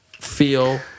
feel